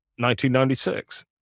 1996